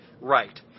right